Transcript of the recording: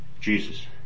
Jesus